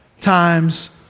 times